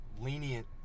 Lenient